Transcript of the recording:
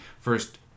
first